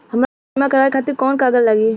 हमरा बीमा करावे खातिर कोवन कागज लागी?